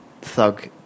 thug